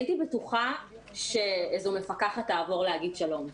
הייתי בטוחה שאיזו מפקחת תעבור להגיד שלום,